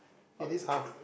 it is half